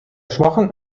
schwachem